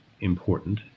important